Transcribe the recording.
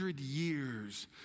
years